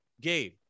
Gabe